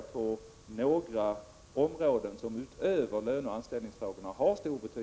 Denna information skall fortsätta.